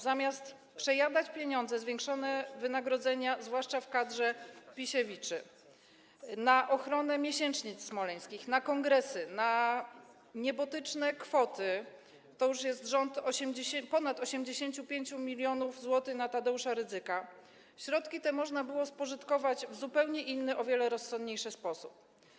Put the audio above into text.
Zamiast przejadać pieniądze na zwiększone wynagrodzenia, zwłaszcza w kadrze Pisiewiczów, na ochronę miesięcznic smoleńskich, na kongresy, niebotyczne kwoty - to już jest rząd ponad 85 mln zł - na rzecz Tadeusza Rydzyka, środki te można było spożytkować w zupełnie inny, o wiele rozsądniejszy sposób.